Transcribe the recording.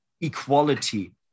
equality